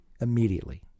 immediately